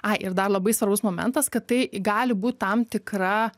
ai ir dar labai svarbus momentas kad tai gali būti tam tikra